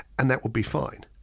and that would be fine.